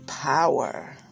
power